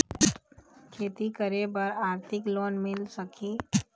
खेती करे बर आरथिक लोन मिल सकही?